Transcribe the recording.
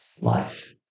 life